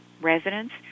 residents